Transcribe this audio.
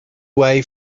way